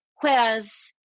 Whereas